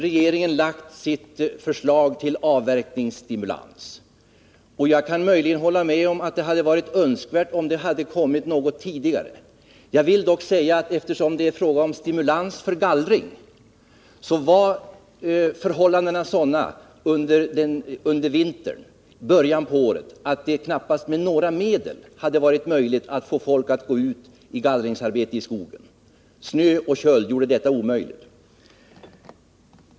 Regeringen har lagt sitt förslag till avverkningsstimulans. Jag kan möjligen hålla med om att det hade varit önskvärt att det kommit något tidigare. Eftersom det är fråga om stimulans för gallring vill jag dock säga att förhållandena under vintern i början på året var sådana, att det knappast med några medel hade varit möjligt att få folk att gå ut i gallringsarbete i skogen. Snö och köld gjorde detta omöjligt.